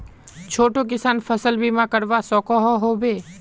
छोटो किसान फसल बीमा करवा सकोहो होबे?